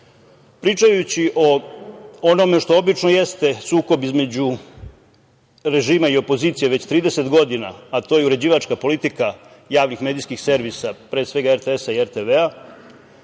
Sad. Pričajući o onome što obično jeste sukob između režima i opozicije već 30 godina, a to je uređivačka politika javnih medijskih servisa, pre svega RTS i RTV,